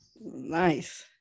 nice